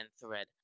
thread